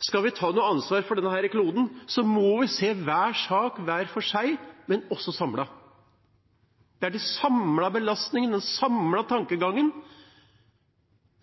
Skal vi ta noe ansvar for denne kloden, må vi se hver sak for seg, men også samlet. Det er den samlede belastningen, den samlede tankegangen